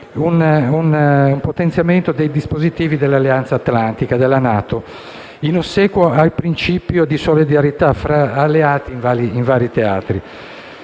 al potenziamento dei dispositivi dell'Alleanza atlantica, in ossequio al principio di solidarietà fra alleati in vari teatri.